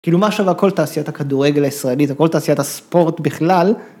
‫כאילו, מה שווה כל תעשיית ‫הכדורגל הישראלית, ‫וכל תעשיית הספורט בכלל...